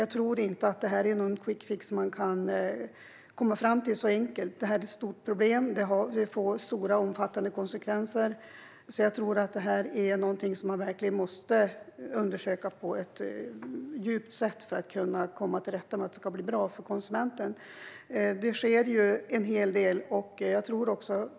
Jag tror inte att man enkelt kan komma fram till någon quickfix. Detta är ett stort problem. Det får omfattande konsekvenser. Jag tror att detta är någonting som man verkligen måste undersöka på ett djupt sätt för att det ska bli bra för konsumenten. Det sker en hel del.